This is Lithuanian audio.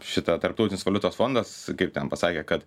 šitą tarptautinis valiutos fondas kaip ten pasakė kad